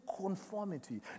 conformity